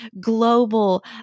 global